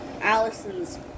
Allison's